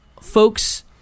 folks